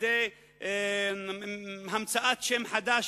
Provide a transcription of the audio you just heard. על-ידי המצאת שם חדש,